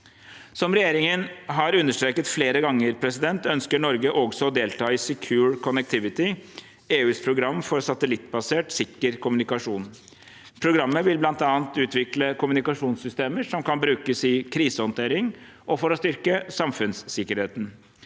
Som regjeringen har understreket flere ganger, ønsker Norge også å delta i Secure Connectivity, EUs program for satellittbasert, sikker kommunikasjon. Programmet vil bl.a. utvikle kommunikasjonssystemer som kan brukes i krisehåndtering og for å styrke samfunnssikkerheten.